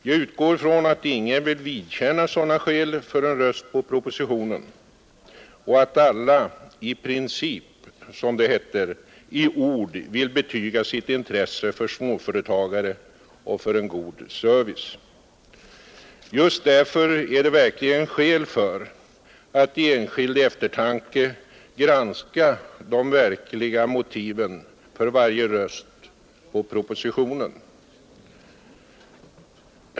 Jag utgår från att ingen vill vidkännas sådana skäl för en röst på propositionen och att alla — ”i princip”, som det heter — i ord vill betyga sitt intresse för småföretagare och för en god service. Just därför finns det verkligen skäl för att i enskild eftertanke granska de verkliga motiven för varje röst på propositionen.